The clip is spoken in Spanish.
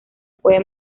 puede